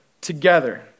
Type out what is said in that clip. together